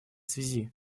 связи